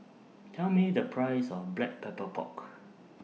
Tell Me The Price of Black Pepper Pork